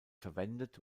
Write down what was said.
verwendet